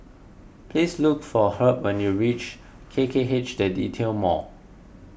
please look for Herb when you reach K K H the Retail Mall